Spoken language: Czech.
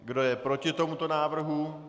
Kdo je proti tomuto návrhu?